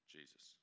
Jesus